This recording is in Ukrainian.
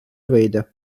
вийде